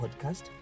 podcast